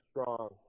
strong